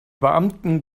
beamten